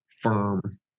firm